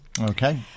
Okay